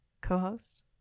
co-host